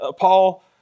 Paul